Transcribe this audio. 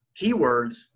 keywords